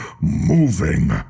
moving